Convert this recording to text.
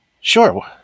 Sure